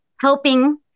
helping